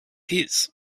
his